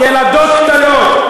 ילדות קטנות,